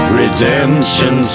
redemption